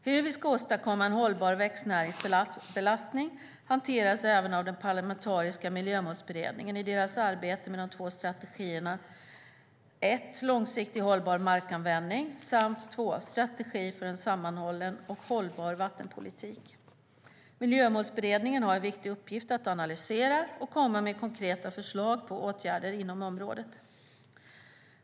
Hur vi ska åstadkomma en hållbar växtnäringsbelastning hanteras även av den parlamentariska miljömålsberedningen i dess arbete med de två strategierna Långsiktigt hållbar markanvändning och Strategi för en sammanhållen och hållbar vattenpolitik. Miljömålsberedningen har en viktig uppgift att analysera och komma med konkreta förslag på åtgärder inom området.